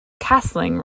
castling